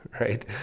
right